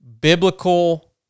biblical